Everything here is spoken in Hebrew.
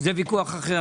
זה ויכוח אחר.